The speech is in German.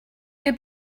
mir